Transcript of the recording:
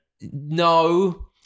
No